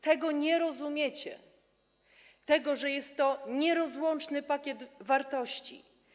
Tego nie rozumiecie: tego, że jest to nierozłączny pakiet wartości.